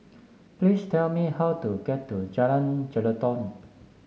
please tell me how to get to Jalan Jelutong